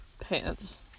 pants